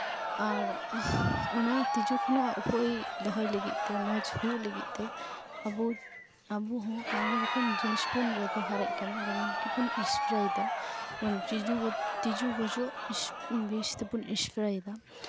ᱟᱨ ᱚᱱᱟ ᱛᱤᱸᱡᱩ ᱠᱷᱚᱱᱟᱜ ᱩᱯᱟᱹᱭ ᱫᱚᱦᱚᱭ ᱞᱟᱹᱜᱤᱫ ᱛᱮ ᱢᱚᱡᱽ ᱦᱩᱭᱩᱜ ᱞᱟᱹᱜᱤᱫ ᱛᱮ ᱟᱵᱚ ᱟᱵᱚ ᱦᱚᱸ ᱟᱭᱢᱟ ᱨᱚᱠᱚᱢ ᱡᱤᱱᱤᱥ ᱵᱚᱱ ᱵᱮᱵᱚᱦᱟᱨᱮᱜ ᱠᱟᱱᱟ ᱡᱮᱢᱚᱱ ᱜᱮᱵᱚᱱ ᱥᱯᱨᱮᱭᱫᱟ ᱡᱮᱢᱚᱱ ᱛᱤᱸᱡᱩ ᱛᱤᱸᱡᱩ ᱜᱚᱡᱚᱜ ᱵᱤᱥ ᱛᱮᱵᱚᱱ ᱥᱯᱨᱮᱭᱫᱟ